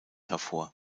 hervor